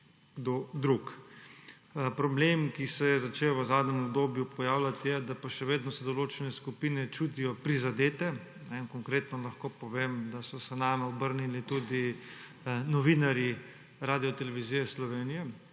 Problem, ki se je začel pojavljati v zadnjem obdobju, je, da se še vedno določene skupine čutijo prizadete. Konkretno lahko povem, da so se name obrnili tudi novinarji Radiotelevizije Slovenija,